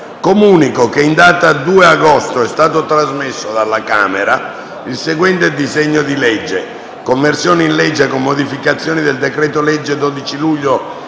Comunico che in data 2 agosto è stato trasmesso dalla Camera dei deputati il seguente disegno di legge: «Conversione in legge, con modificazioni, del decreto-legge 12 luglio